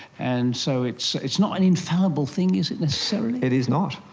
and so it's it's not an infallible thing, is it, necessarily? it is not.